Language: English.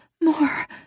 More